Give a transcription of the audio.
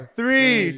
three